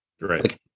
Right